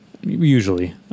Usually